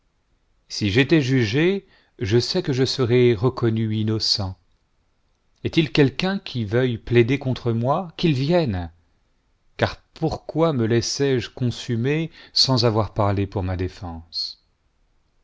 si j'étais jugé je sais que je serais reconnu innocent est-il quelqu'un qui veuille plaider i contre moi qu'il vienne car pourquoi me laissé-je consumer sans avoir parlé pour ma défense